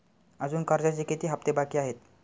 अजुन कर्जाचे किती हप्ते बाकी आहेत?